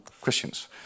Christians